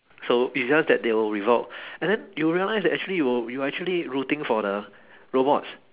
so it's just that they will revolt and then you realise that actually you'll you actually rooting for the robots